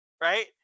right